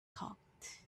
cocked